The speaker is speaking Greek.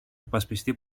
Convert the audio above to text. υπασπιστή